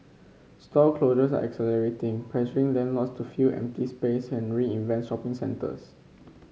store closures are accelerating pressuring then lords to fill empty space and reinvent shopping centres